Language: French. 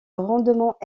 rendement